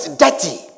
dirty